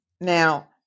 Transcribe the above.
now